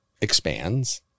expands